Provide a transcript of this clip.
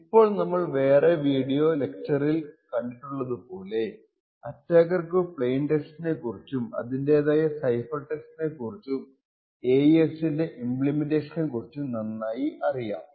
ഇപ്പോൾ നമ്മൾ വേറെ വീഡിയോ ലെക്ചർറിൽ കണ്ടിട്ടുള്ളതു പോലെ അറ്റാക്കർക്കു പ്ലെയിൻ ടെസ്റ്റിനെ കുറിച്ചും അതിന്റേതായ സൈഫർ ടെസ്റ്റിനെ കുറിച്ചും AES ൻറെ ഇമ്പ്ലിമെന്റേഷനെ കുറിച്ചും നന്നായി അറിയാം